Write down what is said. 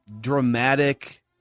dramatic